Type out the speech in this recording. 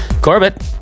Corbett